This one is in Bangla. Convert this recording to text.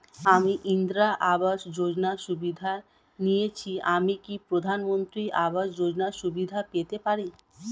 আমি ইন্দিরা আবাস যোজনার সুবিধা নেয়েছি আমি কি প্রধানমন্ত্রী আবাস যোজনা সুবিধা পেতে পারি?